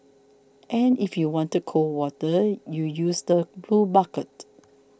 and if you wanted cold water you use the blue bucket